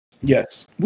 yes